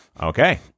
okay